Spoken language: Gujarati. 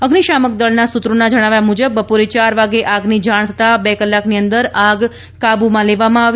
અગ્નિશામક દળના સૂત્રોના જણાવ્યા મુજબ બપોરે ચાર વાગ્યે આગની જાણ થતાં બે કલાકની અંદર આગ કાબૂમાં લેવામાં આવી